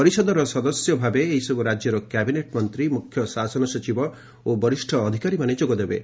ପରିଷଦର ସଦସ୍ୟଭାବେ ଏହିସବୁ ରାଜ୍ୟର କ୍ୟାବିନେଟ୍ ମନ୍ତ୍ରୀ ମୁଖ୍ୟଶାସନ ସଚିବ ଓ ବରିଷ୍ଣ ଅଧିକାରୀମାନେ ଯୋଗଦେବେ